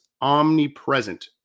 omnipresent